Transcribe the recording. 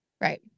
Right